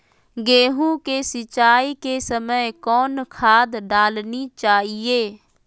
गेंहू के सिंचाई के समय कौन खाद डालनी चाइये?